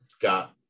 Got